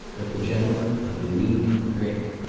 that the gentlemen of the union drink.